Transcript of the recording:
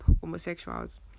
homosexuals